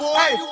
hey